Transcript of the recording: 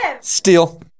Steal